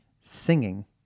singing